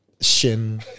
shin